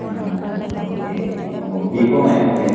അണ്ണാമല ആണ് ഒക്കെ ഓ ബികോം ആയിരുന്നു അല്ലേ